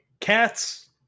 Cats